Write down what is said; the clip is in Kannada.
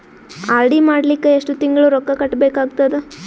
ಆರ್.ಡಿ ಮಾಡಲಿಕ್ಕ ಎಷ್ಟು ತಿಂಗಳ ರೊಕ್ಕ ಕಟ್ಟಬೇಕಾಗತದ?